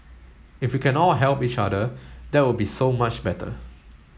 if we can all help each other that would be so much better